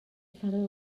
father